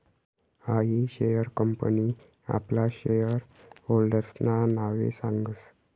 हायी share company आपला share होल्डर्सना नावे सांगस